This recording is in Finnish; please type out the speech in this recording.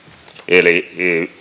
eli